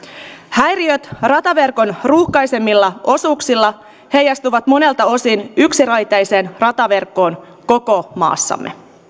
häiriöt rataverkon ruuhkaisemmilla osuuksilla heijastuvat monelta osin yksiraiteiseen rataverkkoon koko maassa